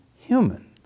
human